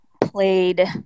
played